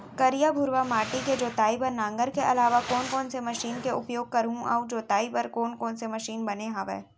करिया, भुरवा माटी के जोताई बर नांगर के अलावा कोन कोन से मशीन के उपयोग करहुं अऊ जोताई बर कोन कोन से मशीन बने हावे?